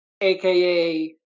aka